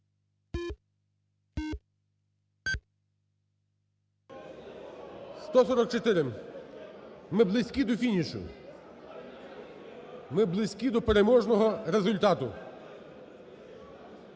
За-144 Ми близькі до фінішу. Ми близькі до переможного результату.